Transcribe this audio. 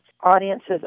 audiences